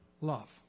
Love